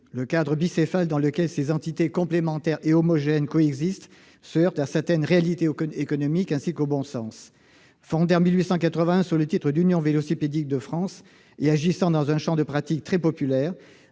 Le cadre bicéphale dans lequel ces entités complémentaires et homogènes coexistent se heurte à certaines réalités économiques ainsi qu'au bon sens. Fondée en 1881 sous le titre d'Union vélocipédique de France et agissant dans un champ de pratiques très populaires,